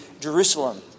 Jerusalem